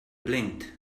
blinked